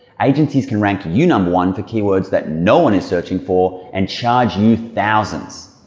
agencies can rank you number one for keywords that no one is searching for and charge you thousands.